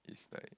it's like